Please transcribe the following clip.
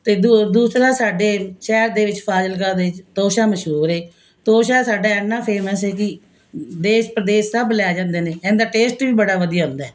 ਅਤੇ ਦੁ ਦੂਸਰਾ ਸਾਡੇ ਸ਼ਹਿਰ ਦੇ ਵਿੱਚ ਫਾਜ਼ਿਲਕਾ ਵਿੱਚ ਤੋਸ਼ਾ ਮਸ਼ਹੂਰ ਏ ਤੋਸ਼ਾ ਸਾਡੇ ਇੰਨਾ ਫੇਮਸ ਹੈ ਜੀ ਦੇਸ ਪ੍ਰਦੇਸ ਸਭ ਲੈ ਜਾਂਦੇ ਨੇ ਇਹਦਾ ਟੇਸਟ ਵੀ ਬੜਾ ਵਧੀਆ ਹੁੰਦਾ ਹੈ